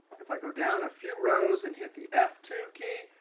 if i go down a few rows and hit the f two key,